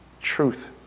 Truth